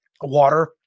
water